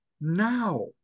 now